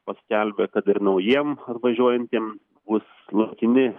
paskelbė kad ir naujiem atvažiuojantiem bus laikini